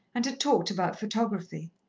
and had talked about photography.